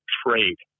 trade